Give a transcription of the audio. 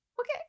okay